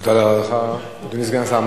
תודה לך, אדוני סגן השר.